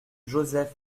joseph